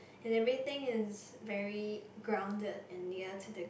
and everything is very grounded and near to the ground